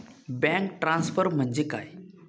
Bank transfer म्हणजे काय?